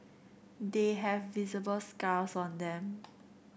they have visible scars on them